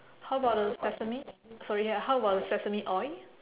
how about the sesame sorry ah how about the sesame oil